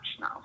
now